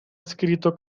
escrito